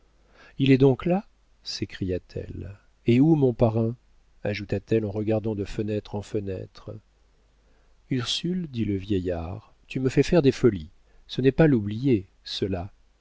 il est donc là s'écria-t-elle et où mon parrain ajouta-t-elle en regardant de fenêtre en fenêtre ursule dit le vieillard tu me fais faire des folies ce n'est pas l'oublier